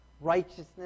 Righteousness